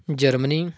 Germany